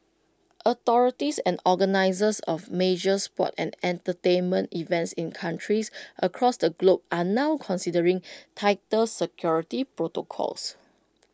authorities and organisers of major sports and entertainment events in countries across the globe are now considering tighter security protocols